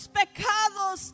pecados